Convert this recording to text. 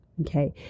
Okay